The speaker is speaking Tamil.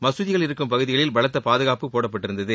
மசூதிகள் இருக்கும் பகுதிகளில் பலத்த பாதுகாப்பு போடப்பட்டிருந்தது